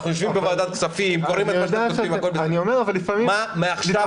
אנחנו יושבים בוועדת כספים וקוראים את החומרים.